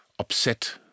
Upset